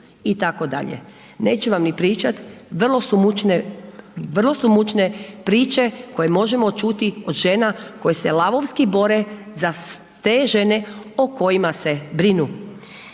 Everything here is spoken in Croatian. itd. Neću vam ni pričat, vrlo su mučne priče koje možemo čuti od žena koje se lavovski bore za te žene o kojima se brinu.